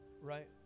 right